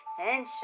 attention